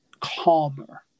calmer